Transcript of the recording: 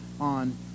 on